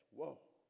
Whoa